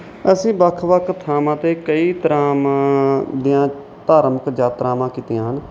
ਅਸੀਂ ਵੱਖ ਵੱਖ ਥਾਵਾਂ 'ਤੇ ਕਈ ਤਰ੍ਹਾਂ ਦੀਆਂ ਧਾਰਮਿਕ ਯਾਤਰਾਵਾਂ ਕੀਤੀਆਂ ਹਨ